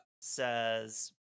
says